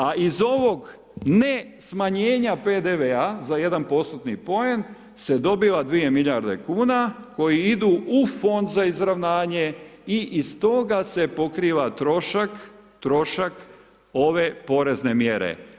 A iz ovog ne smanjenja PDV-a za 1%-tni poen se dobiva 2 milijarde kuna koje idu u Fond za izravnanje i iz toga se pokriva trošak, trošak ove porezne mjere.